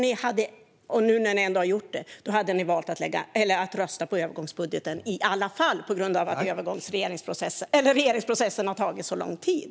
Nu har ni ändå gjort det, men då hade ni valt att rösta på övergångsbudgeten i alla fall, på grund av att regeringsprocessen har tagit så lång tid.